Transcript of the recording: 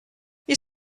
you